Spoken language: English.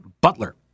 Butler